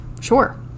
Sure